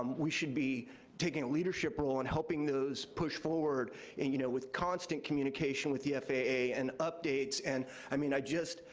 we should be taking a leadership role and helping those push forward and you know with constant communication with the faa and updates, and i mean i just,